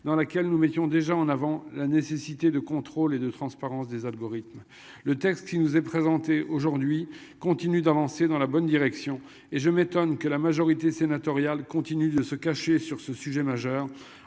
dans laquelle nous étions déjà en avant la nécessité de contrôle et de transparence des algorithmes. Le texte qui nous est présenté aujourd'hui continue d'avancer dans la bonne direction et je m'étonne que la majorité sénatoriale continuent de se cacher sur ce sujet majeur